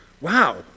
Wow